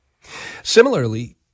Similarly